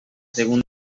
segunda